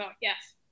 yes